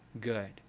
good